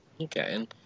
okay